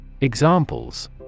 Examples